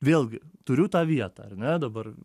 vėlgi turiu tą vietą ar ne dabar